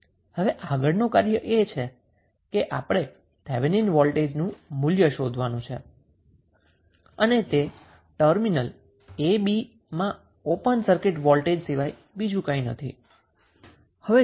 હવે આગળનું કાર્ય એ છે કે આપણે થેવેનિન વોલ્ટેજનું મૂલ્ય શોધવાનું છે અને તે ટર્મિનલ a b માં ઓપન સર્કિટ વોલ્ટેજ સિવાય બીજું કંઈ નથી